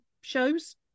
shows